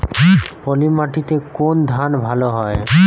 পলিমাটিতে কোন ধান ভালো হয়?